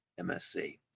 MSC